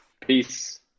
Peace